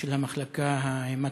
של המחלקה ההמטו-אונקולוגית.